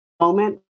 moment